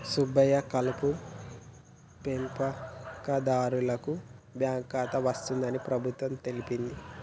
సుబ్బయ్య కలుపు పెంపకందారులకు బాంకు ఖాతా వస్తుందని ప్రభుత్వం తెలిపింది